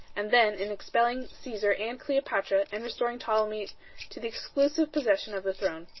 and then in expelling caesar and cleopatra and restoring ptolemy to the exclusive possession of the throne,